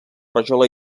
rajola